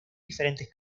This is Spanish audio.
diferentes